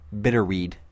Bitterweed